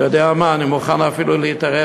אתה יודע מה, אני מוכן אפילו להתערב.